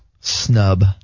Snub